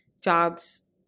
jobs